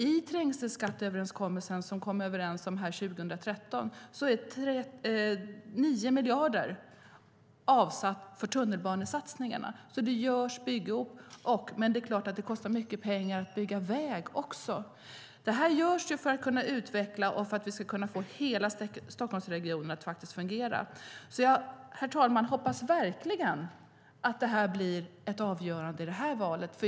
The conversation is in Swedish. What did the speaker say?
I överenskommelsen om trängselskatt från 2013 har 9 miljarder avsatts för satsningar på tunnelbanan. Men det är klart att det kostar mycket att bygga väg också. Allt detta görs för att hela Stockholmsregionen ska utvecklas och fungera. Jag hoppas verkligen, herr talman, att det blir ett avgörande i valet.